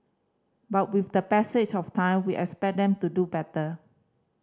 but with the passage of time we expect them to do better